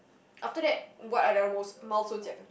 after that what are the other most milestones you have